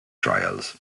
trials